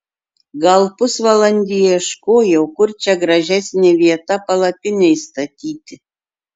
gal pusvalandį ieškojau kur čia gražesnė vieta palapinei statyti